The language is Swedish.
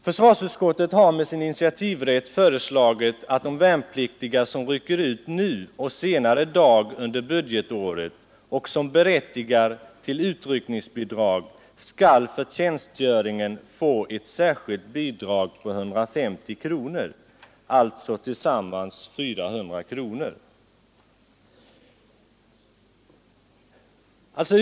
Försvarsutskottet har med sin initiativrätt föreslagit att värnpliktiga som nu eller senare dag under budgetåret rycker ut från tjänstgöring som berättigar till utryckningsbidrag skall för tjänstgöringen få ett särskilt bidrag på 150 kronor, eller tillsammans 400 kronor.